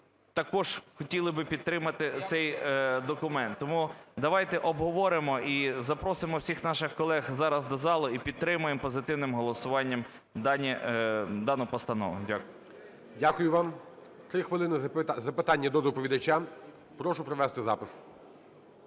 також хотіли би підтримати цей документ. Тому давайте обговоримо і запросимо всіх наших колег зараз до зали і підтримаємо позитивним голосуванням дану постанову. Дякую. ГОЛОВУЮЧИЙ. Дякую вам. 3 хвилини, запитання до доповідача. Прошу провести запис,